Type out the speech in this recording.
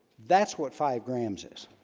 that's what five grams is